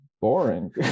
boring